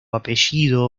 apellido